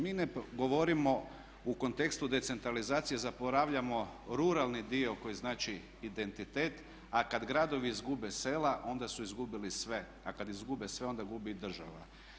Mi ne govorimo u kontekstu decentralizacije zaboravljamo ruralni dio koji znači identitet, a kad gradovi izgube sela, onda su izgubili sve, a kad izgube sve, onda gubi i država.